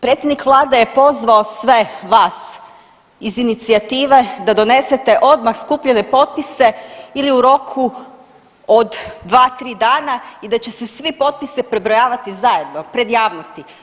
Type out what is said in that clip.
Predsjednik vlade je pozvao sve vas iz inicijative da donesete odmah skupljene potpise ili u roku od 2-3 dana i da će se svi potpisi prebrojavati zajedno pred javnosti.